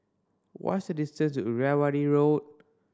what's the distance to Irrawaddy Road